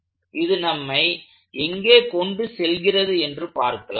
இது நம்மை எங்கே கொண்டு செல்கிறது என்று பார்க்கலாம்